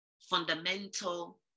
fundamental